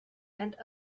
and